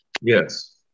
Yes